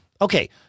Okay